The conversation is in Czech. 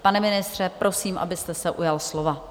Pane ministře, prosím, abyste se ujal slova.